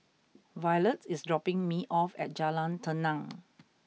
Violette is dropping me off at Jalan Tenang